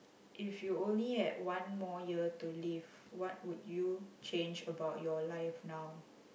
if you only had one more year to live what would you change about your life now